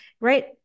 right